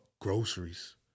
Groceries